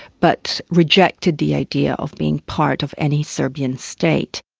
but rejected the idea of being part of any serbian state.